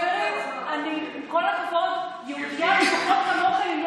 חברים, עם כל הכבוד, אני יהודייה לפחות כמוכם,